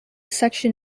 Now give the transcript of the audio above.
section